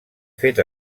fet